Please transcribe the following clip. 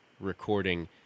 recording